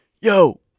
Yo